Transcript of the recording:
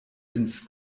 ins